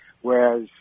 Whereas